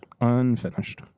Unfinished